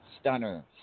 stunner